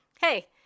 Hey